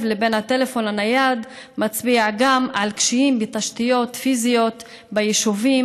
לבין הטלפון הנייד מצביע גם על קשיים בתשתיות פיזיות ביישובים